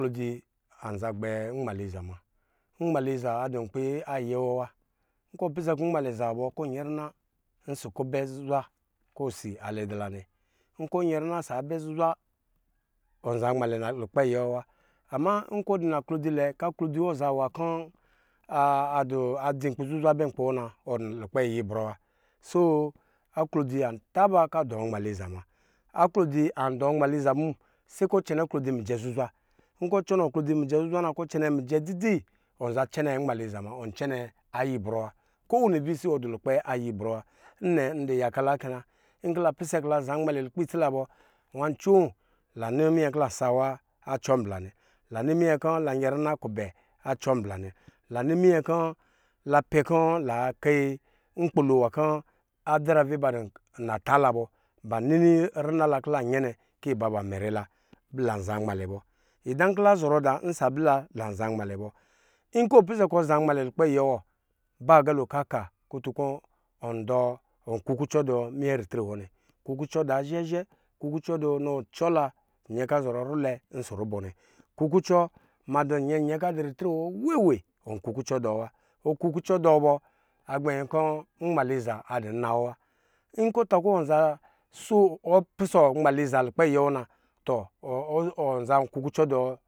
Aklodzi anza gbɛ nmali za muna nmaliza adɔ nkpi ayɛ wɔ wa nkɔ ɔpis ɛ kɔ nmalɛ azaa bɔ kɔ ɔ nyɛrina ɔsɔ ubɛ zuzwa kɔ osi alɛ dula mɛ nkɔ ɔ nyɛ rina ɔsɔ abɛ zuzwa ɔn zan malɛ lukpɛ ayɛ wɔ wa ama nkɔ ɔdu laklo dzi lɛ kɔ aklodzi wɔ aza nwa kɔ adzi nkpi zuzwa bɛ nkpi wɔ na ɔdu lukpɛ ayibrɔ wa so aklodzi antaba kɔ adu nmaliza muna, aklodzi andu nmaliza bɔ mu se kɔ ɔ cɛ nɛ aklodzi mijɛ zuzwa. Cɔnɔ aklodzi mijɛ zuzwa na kɔ ɔcɛn ɛ mijɛ dzi dzi ɔn cɛnɛ nmaliza muna ɔcɛnɛ ayibr ɔwa kowini avisi wɔ du lukpɛ ayibrɔ wa nnɛ ndu yaka la kɛ na nkɔ la pisɛ kɔ la zanma lɛ lukpɛ itsi labɔ nwa ancoo lanɔ minyɛ kɔ la sawa acɔmbla nɛ lanɛ minyɛ kɔ lanyɛrina kubɛ a cɔmbla nɛ lanɔ minyɛ kɔ lapɛ kɔ lakeyi nkpilo nwa kɔ adzarave ba du lata la bɔ ba ni rina la kɔ la nyɛ nɛ ikɔ ba mɛrɛ la kɔ lanza nmalɛ bɔ idankɔ lazɔrɔ da ɔsɔ ablila bɔ lanza nmalɛ bɔ. Nkɔ ɔ pisɛ kɔ ɔza nmalɛ lukpɛ ayɛwɔ ba agalo kɔ aka kɔ ɔndu nkuku cɔ du minyɛ ritre wɔnɛ kukucɔ du azhɛ zhɛ kukucɔ du nɔ cɔla nyɛ nkɔ azɔrɔ rulɛvɛ ɔsɔ rubɔ nɛ kukucɔ madu nyɛ kɔ adu ritre wɔ weewe ɔnkukucɔ dɔwa ɔkukucɔ dɔɔ bɔ agbɛnyɛ kɔ nmaliza adu nna wɔ wa nkɔ ɔtakɔ ɔnza so nmaliza lukpɛ ayɛ wɔ na tɔ ɔnza kukucɔ dɔɔ